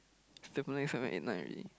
seven eight seven eight nine already